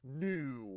new